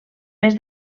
més